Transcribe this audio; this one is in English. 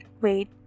wait